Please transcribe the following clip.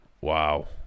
Wow